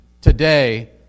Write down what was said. Today